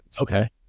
Okay